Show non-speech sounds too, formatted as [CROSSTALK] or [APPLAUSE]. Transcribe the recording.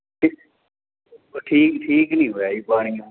[UNINTELLIGIBLE] ਠੀਕ ਠੀਕ ਨਹੀਂ ਹੋਇਆ ਜੀ ਪਾਣੀ